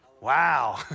Wow